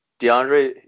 DeAndre